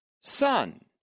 son